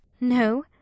No